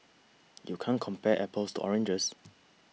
you can't compare apples to oranges